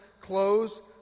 close